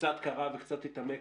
שקצת קרא וקצת התעמק,